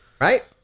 right